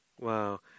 Wow